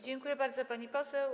Dziękuję bardzo, pani poseł.